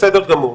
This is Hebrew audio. בסדר גמור.